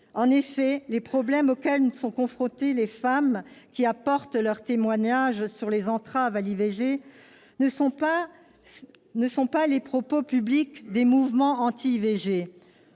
En effet, les problèmes auxquels sont confrontées les femmes qui apportent leur témoignage sur les entraves à l'IVG ne sont pas les propos publics des mouvements anti-IVG,